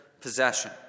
possession